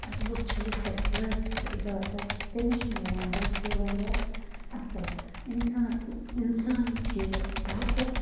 اَتھٕ بُتھ چھٔلِتھ کَرٕ خۄداے سٕنٛز عِبادت تٔمِس چھُ نیران دۄہ تہِ واریاہ اصل اِنسان اِنسان کھیٚیہِ حَقُق